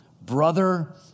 brother